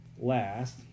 last